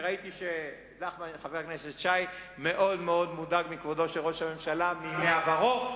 ראיתי שחבר הכנסת שי מאוד מאוד מודאג מכבודו של ראש הממשלה מימים עברו,